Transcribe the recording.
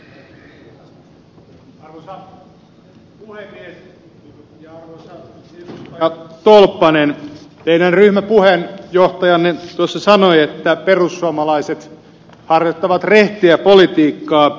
arvoisa edustaja tolppanen teidän ryhmäpuheenjohtajanne tuossa sanoi että perussuomalaiset harjoittavat rehtiä politiikkaa ja te pidätte lupauksenne